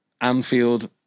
Anfield